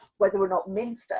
whether or not